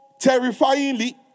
terrifyingly